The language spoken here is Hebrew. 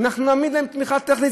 אנחנו נעמיד להם תמיכה טכנית,